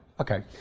okay